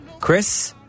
Chris